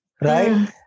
right